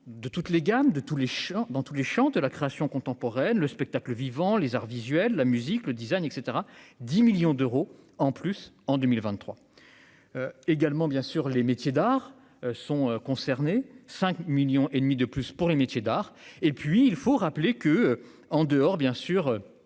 de tous les champs, dans tous les champs de la création contemporaine, le spectacle vivant, les arts visuels, la musique, le Design et etc 10 millions d'euros en plus en 2023 également, bien sûr, les métiers d'art sont concernés 5 millions et demi de plus pour les métiers d'art et puis, il faut rappeler que, en dehors bien sûr